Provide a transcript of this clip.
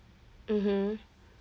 mmhmm